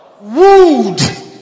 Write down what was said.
wood